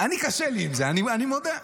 קשה לי עם זה, אני מודה.